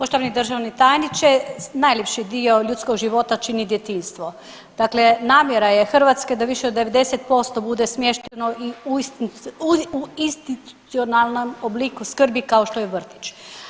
Poštovani državni tajniče, najljepši dio ljudskog života čini djetinjstvo, dakle namjera je Hrvatske da više od 90% bude smješteno i u institucionalnom obliku skrbi kao što je vrtić.